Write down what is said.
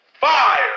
fire